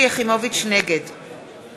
נגד